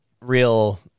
real